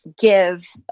give